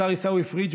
השר עיסאווי פריג',